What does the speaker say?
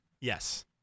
Yes